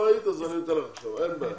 את לא היית, אז אני נותנת לך עכשיו, אין בעיה.